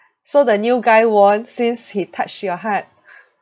so the new guy won since he touch your heart